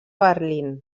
berlín